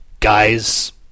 Guy's